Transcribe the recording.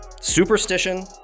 superstition